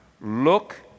Look